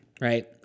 right